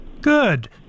Good